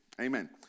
Amen